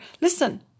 Listen